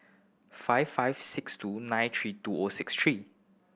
five five six two nine three two O six three